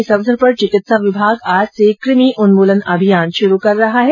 इस अवसर पर चिकित्सा विभाग आज से कृमि उन्मूलन अभियान शुरू कर रहा है